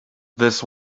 this